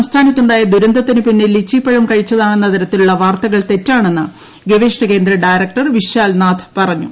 സംസ്ഥാനത്തുണ്ടായ ദുരന്തത്തിനുപിന്നിൽ ലിച്ചി പഴം കഴിച്ചിത്രാണെന്ന തരത്തിലുള്ള വാർത്തകൾ തെറ്റാണെന്ന് ഗവേഷണക്കു ്ട് ഡയറക്ടർ വിശാൽ നാഥ് പറഞ്ഞു